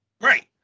Right